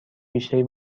بیشتری